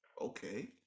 okay